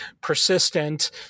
persistent